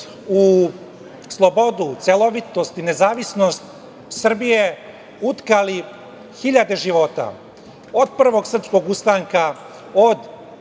u slobodnu, celovitost i nezavisnost Srbije utkali hiljade života, od Prvog srpskog ustanka, od